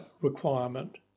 requirement